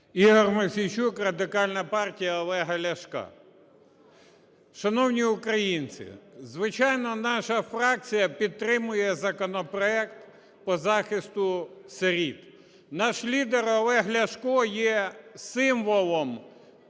Ігор Мосійчук, Радикальна партія Олега Ляшка. Шановні українці, звичайно, наша фракція підтримує законопроект по захисту сиріт. Наш лідер Олег Ляшко є символом